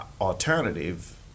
alternative